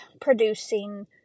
producing